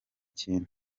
kintu